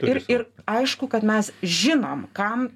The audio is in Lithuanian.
ir ir aišku kad mes žinom kam